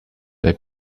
they